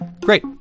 Great